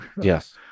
Yes